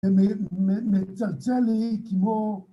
זה מצלצל לי כמו